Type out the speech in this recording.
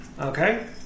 Okay